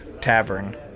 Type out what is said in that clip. tavern